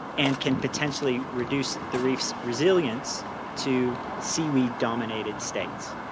and can potentially reduce the reefs resilience to seaweed dominated states.